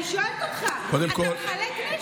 אני שואלת אותך, אתה מחלק נשק.